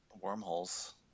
wormholes